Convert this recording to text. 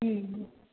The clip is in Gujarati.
હમ્મ હં